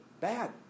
bad